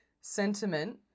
sentiment